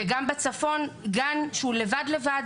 זה גם בצפון, גן שהוא לבד-לבד.